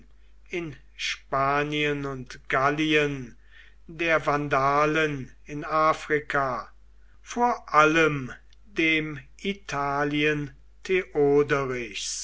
in spanien und gallien der vandalen in afrika vor allem dem italien